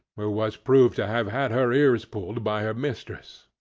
who was proved to have had her ears pulled by her mistress.